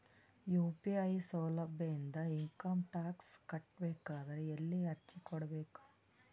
UPI ಸೌಲಭ್ಯ ಇಂದ income tax ಕಟ್ಟಬೇಕಾದರ ಎಲ್ಲಿ ಅರ್ಜಿ ಕೊಡಬೇಕು?